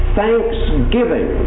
thanksgiving